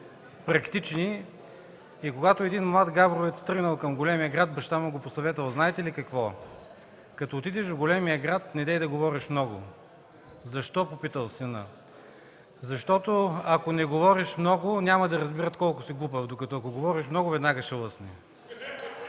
практични. Когато един млад габровец тръгнал към големия град, баща му го посъветвал, знаете ли какво? „Като отидеш в големия град, недей да говориш много”. „Защо?” – попитал синът. - „Защото, ако не говориш много, няма да разберат колко си глупав, докато ако говориш много, веднага ще лъсне.”.